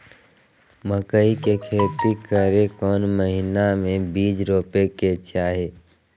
मकई के खेती करें खातिर कौन महीना में बीज रोपे के चाही?